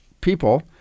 people